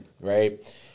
right